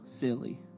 silly